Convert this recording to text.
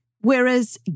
Whereas